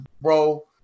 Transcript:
bro